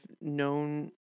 known